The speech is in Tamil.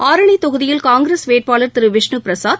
ஆரணி தொகுதியில் காங்கிரஸ் வேட்பாளா் திரு விஷ்ணுபிரசாத்